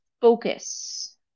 focus